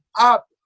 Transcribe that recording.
up